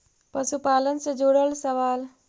पशुपालन से जुड़ल सवाल?